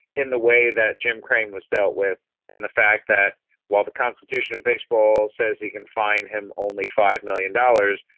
in the way that jim crane was dealt with and the fact that while the constitution of baseball says he can find him, only five million dollars,